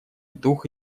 дух